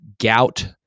gout